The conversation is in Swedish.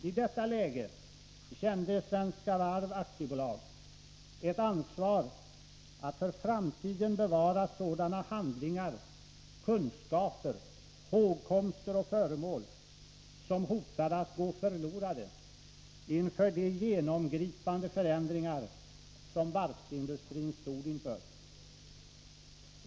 I detta läge kände Svenska Varv AB ett ansvar att för framtiden bevara sådana handlingar, kunskaper, hågkomster och föremål, som hotade att gå förlorade inför de genomgripande förändringar som varvsindustrin stod inför.